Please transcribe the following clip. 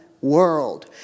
world